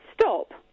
Stop